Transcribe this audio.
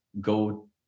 go